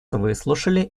выслушали